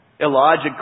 Elijah